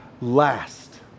last